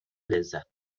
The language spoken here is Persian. لذت